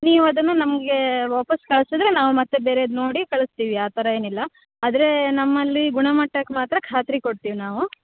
ನೀವು ಅದನ್ನು ನಮಗೆ ವಾಪಸ್ ಕಳ್ಸಿದ್ರೆ ನಾವು ಮತ್ತು ಬೇರೆಯದ್ ನೋಡಿ ಕಳಿಸ್ತೀವಿ ಆ ಥರ ಏನಿಲ್ಲ ಆದರೆ ನಮ್ಮಲ್ಲಿ ಗುಣಮಟ್ಟಕ್ಕೆ ಮಾತ್ರ ಖಾತ್ರಿ ಕೊಡ್ತೀವಿ ನಾವು